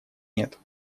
нет